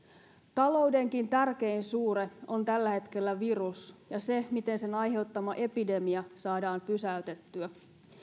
taloudenkin tärkein suure on tällä hetkellä virus ja se miten sen aiheuttama epidemia saadaan pysäytettyä